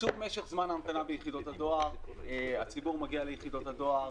קיצור משך זמן ההמתנה ביחידות הדואר הציבור מגיע ליחידות הדואר,